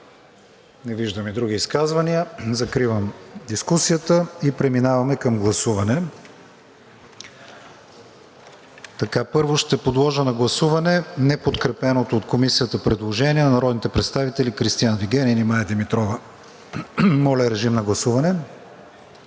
Не виждам и други изказвания. Закривам дискусията и преминаваме към гласуване. Първо ще подложа на гласуване неподкрепеното от Комисията предложение на народните представители Кристиан Вигенин и Мая Димитрова. Гласували